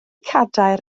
cadair